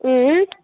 اۭں